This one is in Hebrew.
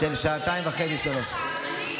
הסכמי שכר,